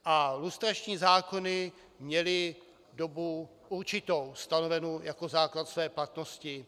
A lustrační zákony měly dobu určitou, stanovenou jako základ své platnosti.